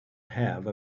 have